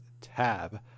tab